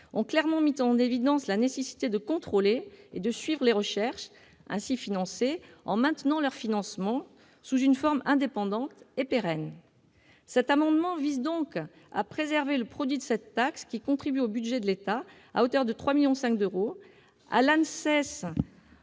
ont clairement mis en évidence la nécessité des contrôles et de la poursuite des recherches, en maintenant leur financement sous une forme indépendante et pérenne. Cet amendement vise à préserver le produit de cette taxe, qui contribue au budget de l'État à hauteur de 3,5 millions d'euros, à l'Agence